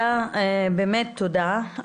באמת תודה.